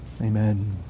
Amen